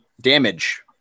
damage